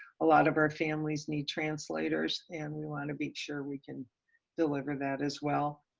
a lot of our families need translators and we want to be sure we can deliver that as well.